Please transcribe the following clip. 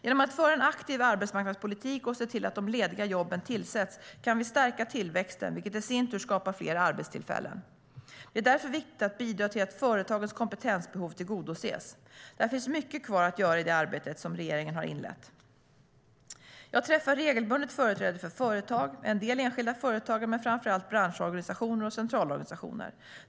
Genom att föra en aktiv arbetsmarknadspolitik och se till att de lediga jobben tillsätts kan vi stärka tillväxten, vilket i sin tur skapar fler arbetstillfällen. Det är därför viktigt att bidra till att företagens kompetensbehov tillgodoses. Där finns mycket kvar att göra i det arbete regeringen har inlett. Jag träffar regelbundet företrädare för företag - en del enskilda företagare, men framför allt branschorganisationer och centralorganisationer.